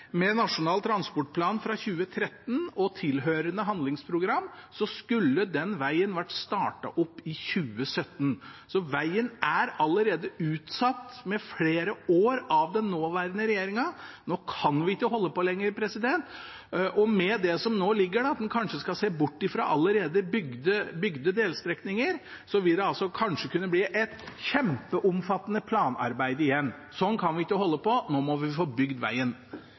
Med Nasjonal transportplan fra 2013 og tilhørende handlingsprogram skulle den vegen vært startet opp i 2017. Så vegen er allerede utsatt med flere år av den nåværende regjeringen. Nå kan vi ikke holde på lenger. Med det som nå ligger der, at en kanskje skal se bort fra allerede bygde delstrekninger, vil det kunne bli et kjempeomfattende planarbeid igjen. Sånn kan vi ikke holde på, nå må vi få bygd